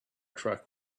truck